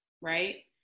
right